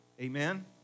Amen